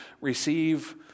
receive